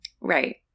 Right